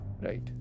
right